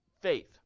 faith